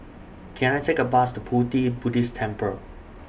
Can I Take A Bus to Pu Ti Buddhist Temple